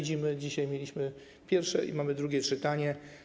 Dzisiaj mieliśmy pierwsze i mamy drugie czytanie.